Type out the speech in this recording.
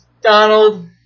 Donald